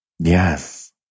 Yes